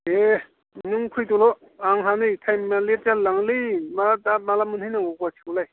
दे नों फैदोल' आंहा नै टाइमआ लेट जालायलाङोलै मा दा माला मोनहैनांगौ गुवाहाटिखौलाय